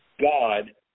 God